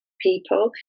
people